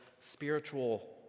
spiritual